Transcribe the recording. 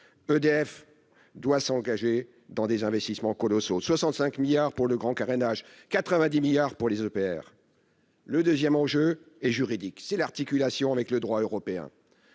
EDF doit s'engager dans des investissements colossaux : 65 milliards d'euros pour le grand carénage, 90 milliards d'euros pour les EPR (). Le deuxième enjeu est juridique : c'est l'articulation avec le droit européen.